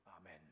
Amen